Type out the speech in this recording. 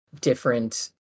different